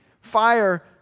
fire